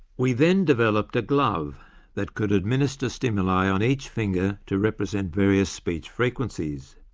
we then developed a glove that could administer stimuli on each finger to represent various speech frequencies.